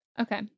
okay